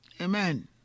Amen